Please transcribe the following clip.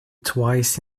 twice